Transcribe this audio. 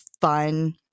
fun